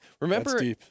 Remember